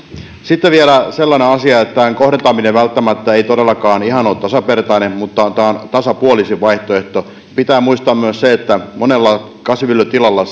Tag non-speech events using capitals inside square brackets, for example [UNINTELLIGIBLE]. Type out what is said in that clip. sitten vielä sellainen asia että tämän kohdentaminen välttämättä ei todellakaan ihan ole tasavertainen mutta tämä on tasapuolisin vaihtoehto pitää muistaa myös se että monella kasvinviljelytilalla [UNINTELLIGIBLE]